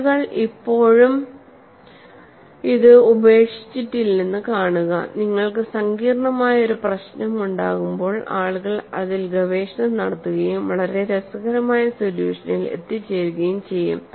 ആളുകൾ ഇപ്പോഴും ഇത് ഉപേക്ഷിച്ചിട്ടില്ലെന്ന് കാണുക നിങ്ങൾക്ക് സങ്കീർണ്ണമായ ഒരു പ്രശ്നമുണ്ടാകുമ്പോൾ ആളുകൾ അതിൽ ഗവേഷണം നടത്തുകയും വളരെ രസകരമായ സൊല്യൂഷനിൽ എത്തിച്ചേരുകയും ചെയ്തു